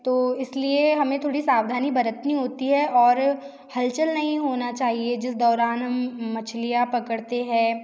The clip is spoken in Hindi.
तो इस लिए हमें थोड़ी सावधानी बरतनी होती है और हलचल नहीं होना चाहिए जिस दौरान हम मछलियाँ पकड़ते हैं